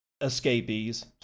escapees